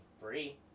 free